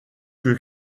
que